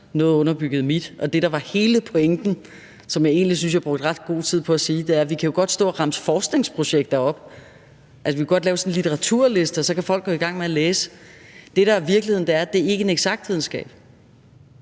noget underbyggede mine. Og det, der var hele pointen, og som jeg egentlig synes jeg brugte ret god tid på at sige, var, at vi jo godt kan stå og remse forskningsprojekter op. Altså, vi kan godt lave sådan en litteraturliste, og så kan folk gå i gang med at læse. Men det, der er virkeligheden, er, at det ikke er en eksakt videnskab.